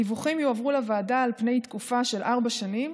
הדיווחים יועברו לוועדה על פני תקופה של ארבע שנים,